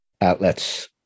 outlets